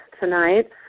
tonight